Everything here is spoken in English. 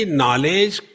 knowledge